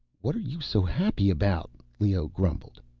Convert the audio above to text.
what are you so happy about? leoh grumbled.